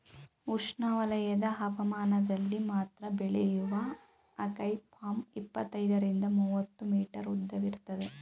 ಉಷ್ಣವಲಯದ ಹವಾಮಾನದಲ್ಲಿ ಮಾತ್ರ ಬೆಳೆಯುವ ಅಕೈ ಪಾಮ್ ಇಪ್ಪತ್ತೈದರಿಂದ ಮೂವತ್ತು ಮೀಟರ್ ಉದ್ದವಿರ್ತದೆ